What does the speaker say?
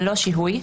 ללא שיהוי,